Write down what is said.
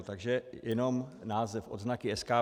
Takže jenom název: odznaky SKPV.